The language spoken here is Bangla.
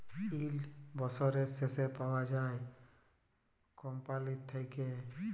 ইল্ড বসরের শেষে পাউয়া যায় কম্পালির থ্যাইকে